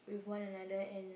with one another and